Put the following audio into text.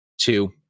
two